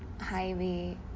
highway